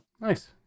Nice